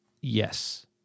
yes